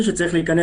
הגבלה.